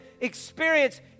experience